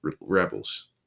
rebels